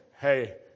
hey